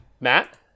Matt